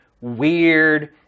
weird